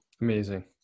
Amazing